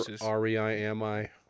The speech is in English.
R-E-I-M-I